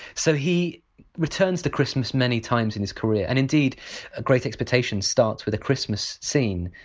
so he returns to christmas many times in his career, and indeed ah great expectations starts with a christmas scene.